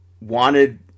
wanted